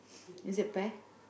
is it fair